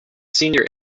senior